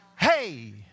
Hey